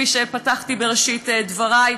כפי שפתחתי בראשית דברי,